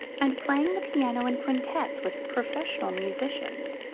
and playing the piano in quintets with professional musicians.